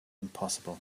impossible